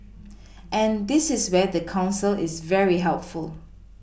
and this is where the council is very helpful